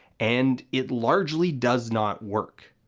and it largely does not work.